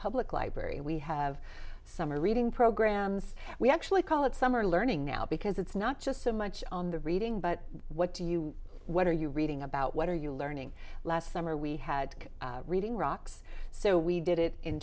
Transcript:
public library we have summer reading programs we actually call it summer learning now because it's not just so much on the reading but what do you what are you reading about what are you learning last summer we had reading rocks so we did it in